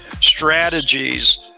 strategies